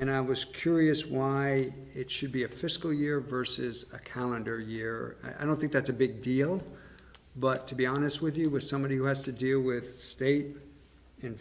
and i was curious why it should be a fiscal year versus a calendar year i don't think that's a big deal but to be honest with you with somebody who has to deal with state and